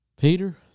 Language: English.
Peter